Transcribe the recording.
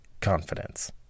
Confidence